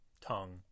Tongue